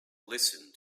listen